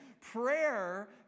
Prayer